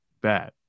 bad